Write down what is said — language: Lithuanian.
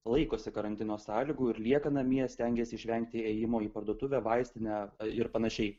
laikosi karantino sąlygų ir lieka namie stengiasi išvengti ėjimo į parduotuvę vaistinę ir panašiai